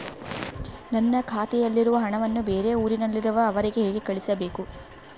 ನನ್ನ ಖಾತೆಯಲ್ಲಿರುವ ಹಣವನ್ನು ಬೇರೆ ಊರಿನಲ್ಲಿರುವ ಅವರಿಗೆ ಹೇಗೆ ಕಳಿಸಬೇಕು?